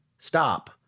Stop